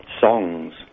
songs